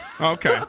Okay